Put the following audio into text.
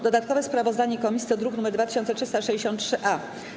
Dodatkowe sprawozdanie komisji to druk nr 2363-A.